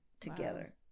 together